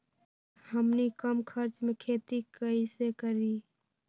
हमनी कम खर्च मे खेती कई से करी?